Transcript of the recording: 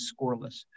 scoreless